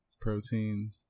protein